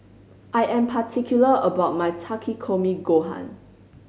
I am particular about my Takikomi Gohan